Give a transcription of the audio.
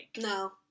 No